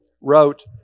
wrote